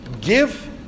Give